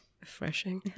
refreshing